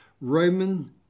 Roman